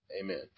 Amen